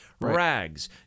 rags